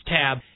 tab